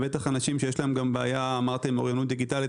הם בטח אנשים שיש להם גם בעיה של אוריינות דיגיטלית.